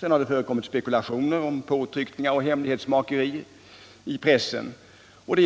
Sedan har det förekommit spekulationer i pressen om påtryckningar och hemlighetsmakeri,